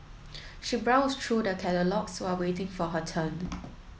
she browsed through the catalogues while waiting for her turn